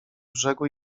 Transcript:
brzegu